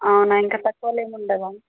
అవునా ఇంకా తక్కువలో ఏముండదా